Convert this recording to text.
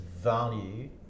value